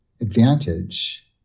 advantage